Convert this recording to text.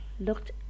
looked